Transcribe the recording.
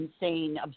insane